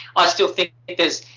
i still think there's